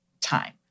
time